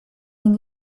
den